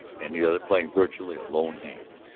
and the other playing virtually a lone hand.